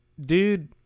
dude